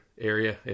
area